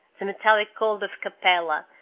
the metallic gold of capella,